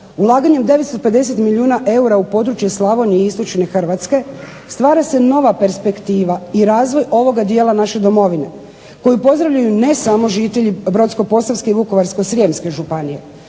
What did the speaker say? ulaganjem 950 milijuna eura u područje Slavonije i istočne Hrvatske stvara se nova perspektiva i razvoj ovoga dijela naše domovine koju pozdravljaju ne samo žitelji Brodsko-posavske i Vukovarsko-srijemske županije,